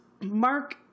Mark